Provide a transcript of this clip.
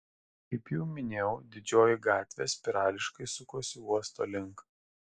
kaip jau minėjau didžioji gatvė spirališkai sukosi uosto link